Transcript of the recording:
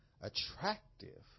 attractive